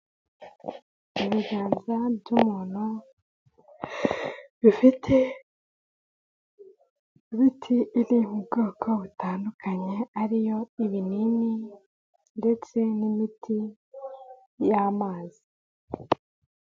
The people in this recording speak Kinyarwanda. Ibiganza by'umuntu, bifite imiti iri mu bwoko butandukanye, ari yo ibinini ndetse n'imiti y'amazi.